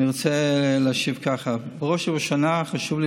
אני רוצה להשיב כך: בראש ובראשונה חשוב לי